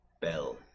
Bell